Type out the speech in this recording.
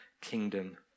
kingdom